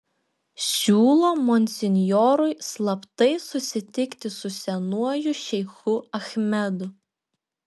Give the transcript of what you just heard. siūlo monsinjorui slaptai susitikti su senuoju šeichu achmedu